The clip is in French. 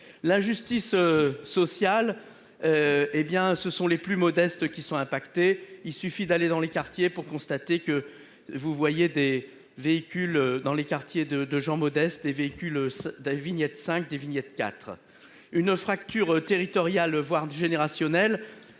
La justice sociale. Eh bien ce sont les plus modestes qui sont impactées. Il suffit d'aller dans les quartiers pour constater que vous voyez des véhicules dans les quartiers de de gens modestes et véhicules de vignette cinq des vignettes IV une fracture territoriale voire générationnel.